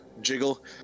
jiggle